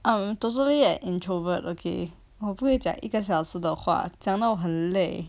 I'm totally an introvert okay 我不会讲一个小时的话讲到很累